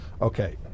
Okay